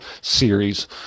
series